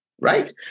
Right